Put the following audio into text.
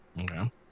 Okay